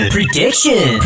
Prediction